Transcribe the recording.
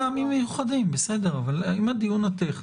סימן ה' לפרק ה' לחוק סדר הדין הפלילי,